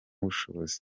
ubushobozi